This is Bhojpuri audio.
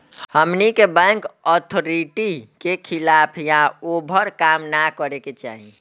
हमनी के बैंक अथॉरिटी के खिलाफ या ओभर काम न करे के चाही